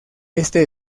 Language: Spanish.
este